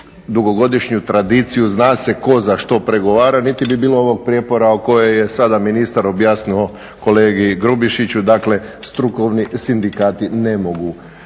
dugogodišnju tradiciju, zna se tko za što pregovara, niti bi bilo ovog prijepora koje je sada ministar objasnio kolegi Grubišiću, dakle strukovni sindikati ne mogu